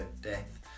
death